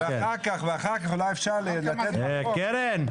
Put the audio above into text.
ואחר כך אולי אפשר לתת בחוק --- קרן.